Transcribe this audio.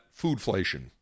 foodflation